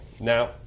Now